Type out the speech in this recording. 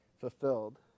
fulfilled